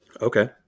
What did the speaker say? Okay